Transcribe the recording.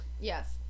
Yes